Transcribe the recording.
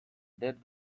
that